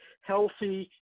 healthy